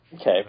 Okay